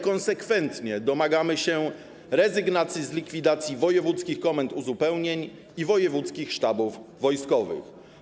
Konsekwentnie domagamy się rezygnacji z likwidacji wojewódzkich komend uzupełnień i wojewódzkich sztabów wojskowych.